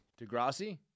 Degrassi